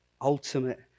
Ultimate